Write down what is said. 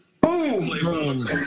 Boom